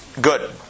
good